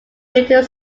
written